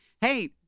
hey